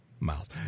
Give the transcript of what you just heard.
Miles